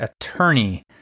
attorney